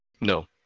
No